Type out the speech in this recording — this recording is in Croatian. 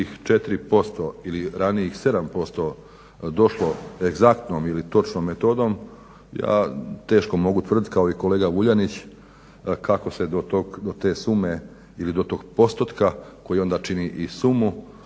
4% ili ranijih 7% došlo egzaktnom ili točnom metodom, ja teško mogu tvrdit kao i kolega Vuljanić kako se do te sume ili do tog postotka, koji onda čini i sumu